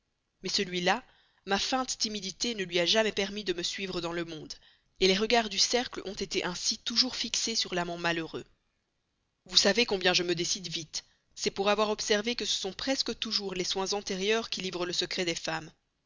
mais celui-là ma feinte timidité ne lui a jamais permis de me suivre dans le monde les regards du cercle ont été ainsi toujours fixés sur l'amant malheureux vous savez combien je me décide vite c'est pour avoir observé que ce sont presque toujours les soins antérieurs qui livrent le secret des femmes